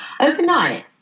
overnight